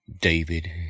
David